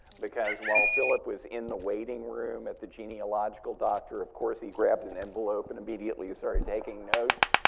because while philip was in the waiting room at the genealogical doctor, of course he grabbed an envelope and immediately started taking notes.